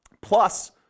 plus